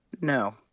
No